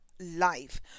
life